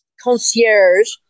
concierge